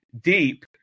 deep